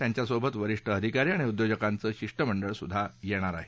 त्यांच्यासोबत वरिष्ठ अधिकारी आणि उद्योजकांचं शिष्टमंडळ देखील असणार आहे